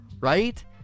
right